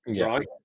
right